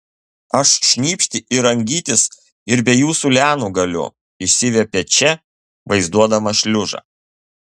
aš šnypšti ir rangytis ir be jūsų lianų galiu išsiviepė če vaizduodamas šliužą